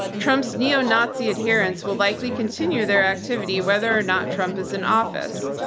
trump's neo-nazi adherents will likely continue their activity whether or not trump is in office,